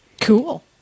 Cool